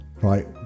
right